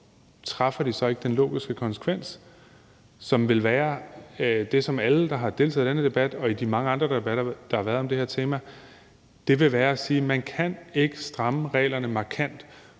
træffer de så ikke den logiske konsekvens, som ville være det, som alle dem, der har deltaget i den her debat og i mange andre debatter, der har været om det her tema, har sagt, nemlig at man ikke kan stramme reglerne markant,